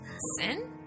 Sin